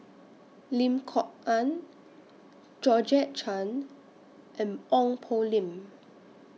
Lim Kok Ann Georgette Chen and Ong Poh Lim